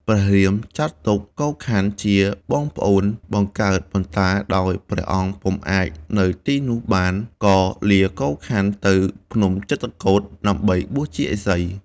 ព្រះរាម ចាត់ទុក កូខ័នជាបងប្អូនបង្កើត ប៉ុន្តែដោយព្រះអង្គពុំអាចនៅទីនោះបានក៏លាកូខ័នទៅភ្នំចិត្រកូដ ដើម្បីបួសជាឥសី ។